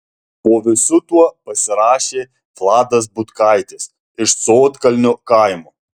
po visu tuo pasirašė vladas butkaitis iš sodkalnio kaimo